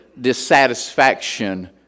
dissatisfaction